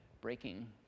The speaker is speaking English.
breaking